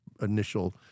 initial